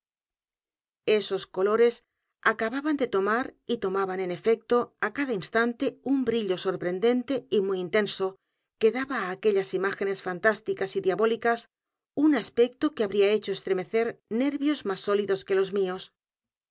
esos colores acababan de tomar y tomaban en efecto á cada instante un brillo sorprendente y muy intenso que daba á aquellas imágenes fantásticas y diabólicas un aspecto que habría hecho estremecer nervios más n edgar poe dovelas y cuentos sólidos que los míos